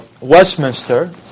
Westminster